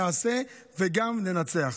נעשה וגם ננצח.